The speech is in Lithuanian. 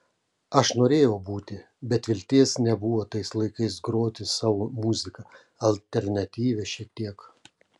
aš norėjau būti bet vilties nebuvo tais laikais groti savo muziką alternatyvią šiek tiek